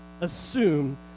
assume